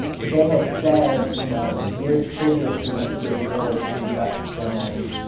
they had said, you know, years previous we went to this village and we got stoned,